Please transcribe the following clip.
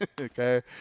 okay